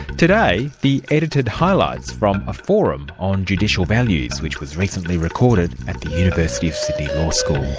today, the edited highlights from a forum on judicial values which was recently recorded at the university of sydney law school.